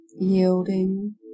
Yielding